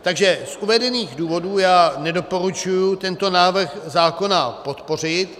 Takže z uvedených důvodů já nedoporučuji tento návrh zákona podpořit.